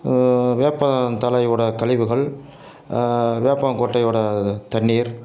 வேப்பந்தழையோட கழிவுகள் வேப்பங்கொட்டையோட தண்ணீர்